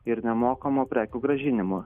ir nemokamo prekių grąžinimo